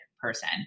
Person